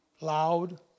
loud